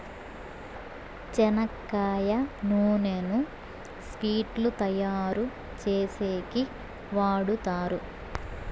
చెనక్కాయ నూనెను స్వీట్లు తయారు చేసేకి వాడుతారు